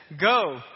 go